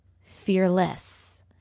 fearless